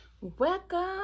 Welcome